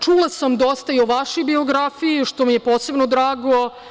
Čula sam dosta i o vašoj biografiji, što mi je posebno drago.